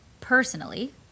Personally